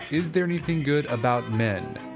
is there anything good about men.